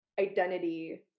identity